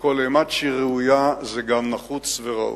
וכל אימת שהיא ראויה זה גם נחוץ וראוי,